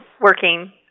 working